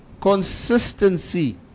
Consistency